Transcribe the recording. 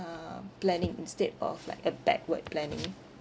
uh planning instead of like a backward planning